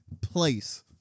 place